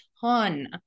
ton